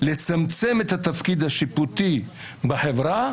לצמצם את התפקיד השיפוטי בחברה,